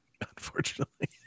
Unfortunately